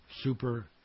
super